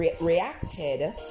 reacted